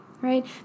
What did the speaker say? right